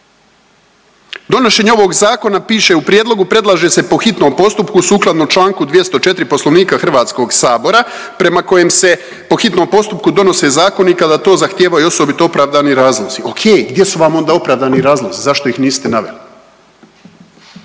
Donošenje ovog zakona piše u prijedlogu predlaže se po hitnom postupku sukladno čl. 204. Poslovnika HS prema kojem se po hitnom postupku donose zakoni kada to zahtijevaju osobito opravdani razlozi. Ok, gdje su vam onda opravdani razlozi, zašto ih niste naveli?